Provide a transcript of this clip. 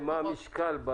מה המשקל,